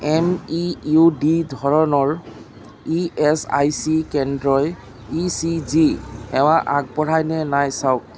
M E U D ধৰণৰ E S I C কেন্দ্ৰই E C G সেৱা আগবঢ়ায় নে নাই চাওক